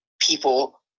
people